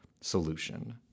solution